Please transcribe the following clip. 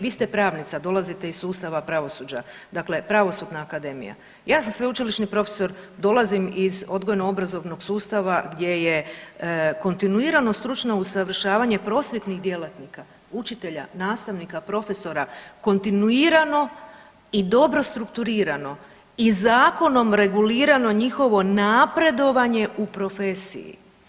Vi ste pravnica, dolazite iz sustava pravosuđa, dakle Pravosudna akademija, ja sam sveučilišni profesor dolazim iz odgojno-obrazovnog sustava gdje je kontinuirano stručno usavršavanje prosvjetnih djelatnika, učitelja, nastavnika, profesora kontinuirano i dobro strukturirano i zakonom regulirano njihovo napredovanje u profesiji.